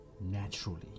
naturally